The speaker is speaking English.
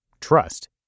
trust